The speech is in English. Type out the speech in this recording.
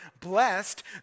blessed